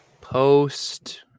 post